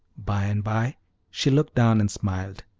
by-and-by she looked down and smiled,